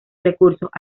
recursos